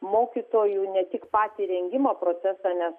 mokytojų ne tik patį rengimo procesą nes